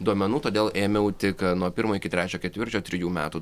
duomenų todėl ėmiau tik nuo pirmo iki trečio ketvirčio trijų metų